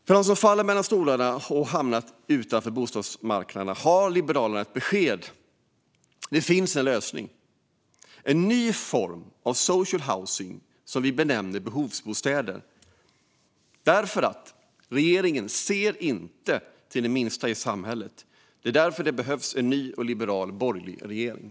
För dem som faller mellan stolarna och hamnar utanför bostadsmarknaden har Liberalerna ett besked. Det finns en lösning, nämligen en ny form av social housing som vi benämner behovsbostäder. Regeringen ser inte till de minsta i samhället. Det är därför det behövs en ny och liberal borgerlig regering.